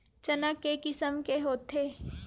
चना के किसम के होथे?